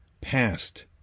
past